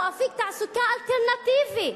הוא אפיק תעסוקה אלטרנטיבי,